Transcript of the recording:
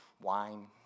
Wine